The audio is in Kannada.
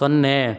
ಸೊನ್ನೆ